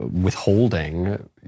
withholding